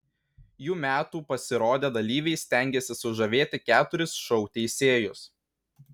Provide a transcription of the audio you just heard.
jų metų pasirodę dalyviai stengėsi sužavėti keturis šou teisėjus